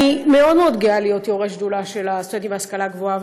אני מאוד גאה להיות יו"ר השדולה למען הסטודנטים בהשכלה הגבוהה,